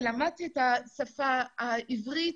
למדתי עברית.